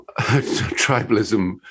tribalism